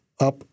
up